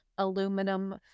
aluminum